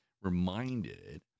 reminded